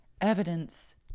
evidence